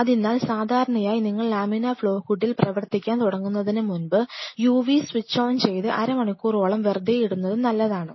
അതിനാൽ സാധാരണയായി നിങ്ങൾ ലാമിനാർ ഫ്ലോ ഹൂഡിൽ പ്രവർത്തിക്കാൻ തുടങ്ങുന്നതിനുമുമ്പ് യുവി UV സ്വിച്ച് ഓൺ ചെയ്ത് അരമണിക്കൂറോളം വെറുതെ ഇടുന്നത് നല്ലതാണ്